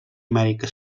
amèrica